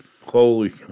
holy